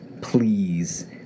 please